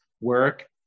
work